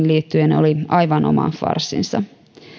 liittyen oli aivan oma farssinsa